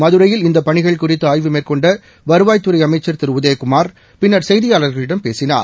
மதுரையில் இந்த பணிகள் குறித்து ஆய்வு மேற்கொண்ட வருவாய்த்துறை அமைச்ச் திரு உதயகுமா் பின்னா் செய்தியாளர்களிடம் பேசினார்